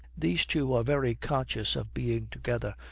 these two are very conscious of being together,